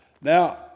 Now